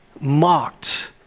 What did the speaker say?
mocked